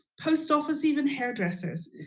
post office, even hair dressers.